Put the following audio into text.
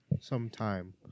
sometime